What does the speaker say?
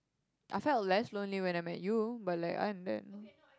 I feel less lonely when I met you but let on than